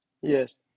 Yes